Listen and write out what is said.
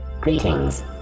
greetings